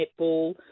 netball